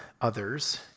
others